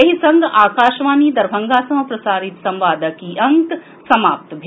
एहि संग आकाशवाणी दरभंगा सँ प्रसारित संवादक ई अंक समाप्त भेल